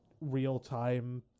real-time